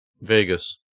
Vegas